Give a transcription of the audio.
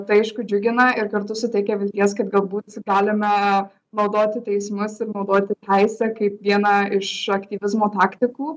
tai aišku džiugina ir kartu suteikia vilties kad galbūt galime naudoti teismus ir naudoti teisę kaip vieną iš aktyvizmo taktikų